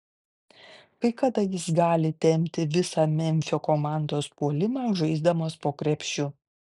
kai kada jis gali tempti visą memfio komandos puolimą žaisdamas po krepšiu